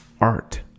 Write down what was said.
art